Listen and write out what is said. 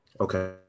Okay